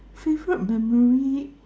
favourite memory